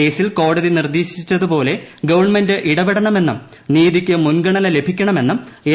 കേസിൽ കോടതി നിർദ്ദേശിച്ചതുപോലെ ഗവൺമെന്റ് ഇടപെടണമെന്നും നീതിക്ക് മുൻഗണന ലഭിക്കണമെന്നും എൽ